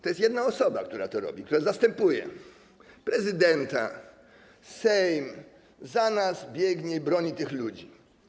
To jest jedna osoba, która to robi, która zastępuje prezydenta, Sejm, biegnie za nas i broni tych ludzi.